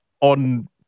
on